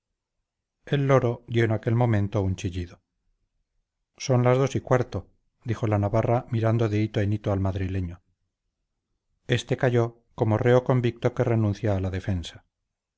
el loro dio en aquel momento un chillido son las dos y cuarto dijo la navarra mirando de hito en hito al madrileño éste calló como reo convicto que renuncia a la defensa